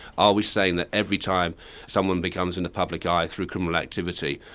are we saying that every time someone becomes in the public eye through criminal activity,